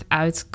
uit